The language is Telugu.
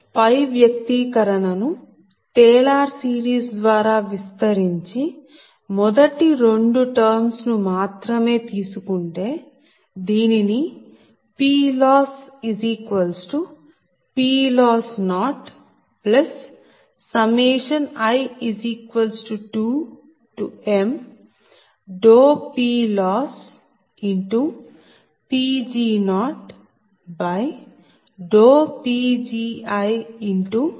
పై వ్యక్తీకరణ ను టేలర్ సీరీస్ ద్వారా విస్తరించి మొదటి 2 టర్మ్స్ ను మాత్రమే తీసుకుంటే దీనిని PLossPLoss0i2mPLossPg0PgiPgi అని రాయచ్చు